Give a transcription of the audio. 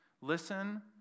Listen